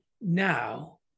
now